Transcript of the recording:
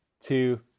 two